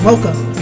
Welcome